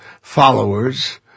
followers